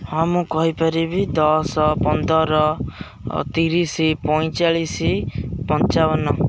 ହଁ ମୁଁ କହିପାରିବି ଦଶ ପନ୍ଦର ତିରିଶି ପଇଁଚାଳିଶି ପଞ୍ଚାବନ